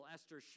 Esther